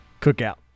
Cookout